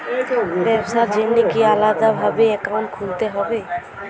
ব্যাবসার জন্য কি আলাদা ভাবে অ্যাকাউন্ট খুলতে হবে?